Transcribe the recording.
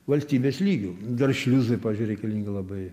valstybės lygiu dar šliuzai pavyzdžiui reikalingi labai